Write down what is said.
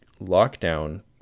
lockdown